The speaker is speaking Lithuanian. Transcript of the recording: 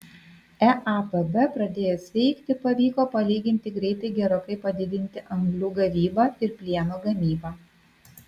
eapb pradėjus veikti pavyko palyginti greitai gerokai padidinti anglių gavybą ir plieno gamybą